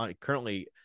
currently